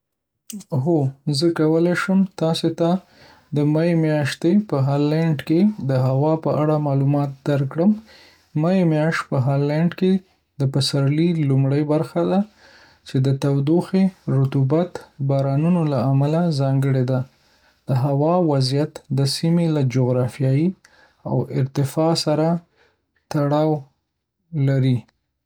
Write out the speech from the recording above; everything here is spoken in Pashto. هو، زه کولی شم تاسو ته د می میاشتې په هالنډ کې د هوا په اړه معلومات درکړم. می میاشت په هالنډ کې د پسرلي لومړنۍ برخه ده، چې د تودوخې، رطوبت، او بارانونو له امله ځانګړې ده. د هوا وضعیت د سیمې له جغرافیې او ارتفاع سره تړاو لري.